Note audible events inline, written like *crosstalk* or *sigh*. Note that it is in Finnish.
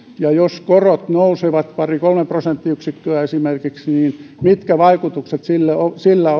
ja jos korot nousevat pari kolme prosenttiyksikköä esimerkiksi niin mitkä vaikutukset sillä sillä *unintelligible*